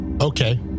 Okay